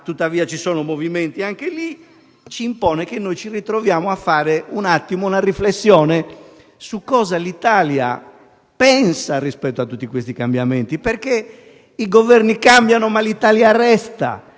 (tuttavia ci sono movimenti anche lì), ci impone che noi ci ritroviamo a fare un attimo una riflessione su cosa l'Italia pensa rispetto a tutti questi cambiamenti. Questo, perché i Governi cambiano, ma l'Italia resta,